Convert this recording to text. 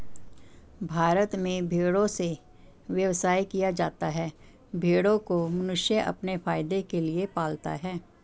भारत में भेड़ों से व्यवसाय किया जाता है भेड़ों को मनुष्य अपने फायदे के लिए पालता है